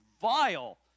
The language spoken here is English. vile